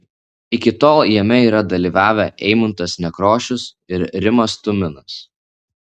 iki tol jame yra dalyvavę eimuntas nekrošius ir rimas tuminas